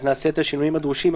נעשה את השינויים הדרושים.